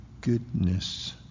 goodness